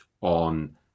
on